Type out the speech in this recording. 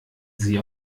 sie